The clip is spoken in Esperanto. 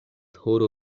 horo